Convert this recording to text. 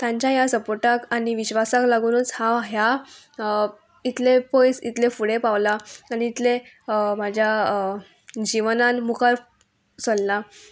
तांच्या ह्या सपोर्टाक आनी विश्वासाक लागुनूच हांव ह्या इतले पयस इतले फुडें पावलां आनी इतलें म्हाज्या जिवनान मुखार सरलां